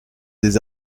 des